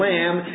Lamb